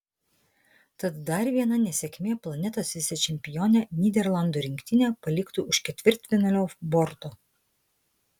tad dar viena nesėkmė planetos vicečempionę nyderlandų rinktinę paliktų už ketvirtfinalio borto